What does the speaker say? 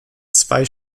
zwei